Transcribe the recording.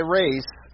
race